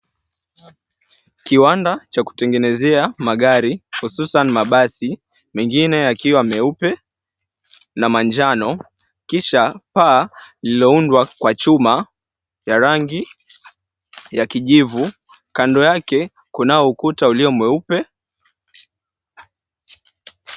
Kiwanda cha kutengenezea magari hususani mabasi mengine yakiwa meupe na manjano, kisha paa lililoundwa kwa chuma ya rangi ya kijivu, kando yake kunao ukuta ulio mweupe.